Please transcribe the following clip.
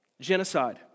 Genocide